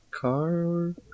car